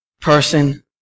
person